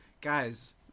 guys